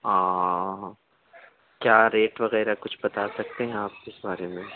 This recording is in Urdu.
کیا ریٹ وغیرہ کچھ بتا سکتے ہیں آپ اِس بارے میں